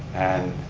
and